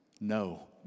No